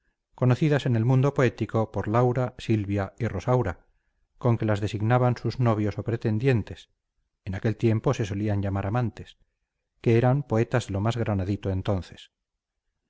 conocidas en el mundo poético por laura silvia y rosaura con que las designaban sus novios o pretendientes que eran poetas de lo más granadito entonces